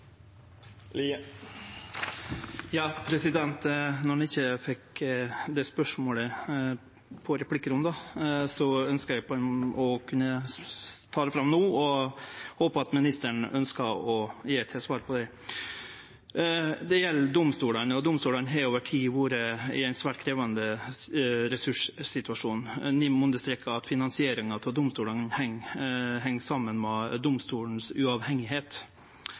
Når ein ikkje fekk stilt spørsmålet i replikkrunden, ønskjer eg å kunne ta det fram no, og eg håpar at ministeren ønskjer å gje eit svar på det. Det gjeld domstolane. Domstolane har over tid vore i ein svært krevjande ressurssituasjon. NIM understrekar at finansieringa av domstolane heng saman med